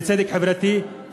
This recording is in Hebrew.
לצדק חברתי,